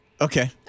Okay